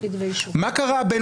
מה קרה בין